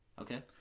Okay